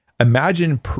Imagine